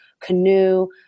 canoe